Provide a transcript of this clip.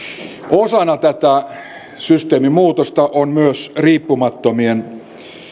osana tätä systeemin muutosta on myös riippumattomien